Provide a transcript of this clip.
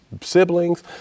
siblings